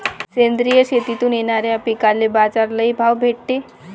सेंद्रिय शेतीतून येनाऱ्या पिकांले बाजार लई भाव भेटते